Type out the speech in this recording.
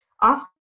often